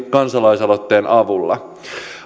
kansalaisaloitteen avulla